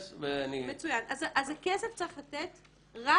הכסף צריך לתת רק